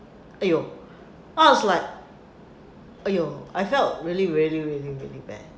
!aiyo! I was like !aiyo! I felt really really really really bad